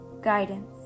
Guidance